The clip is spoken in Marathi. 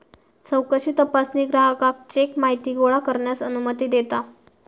चौकशी तपासणी ग्राहकाक चेक माहिती गोळा करण्यास अनुमती देता